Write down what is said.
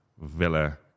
Villa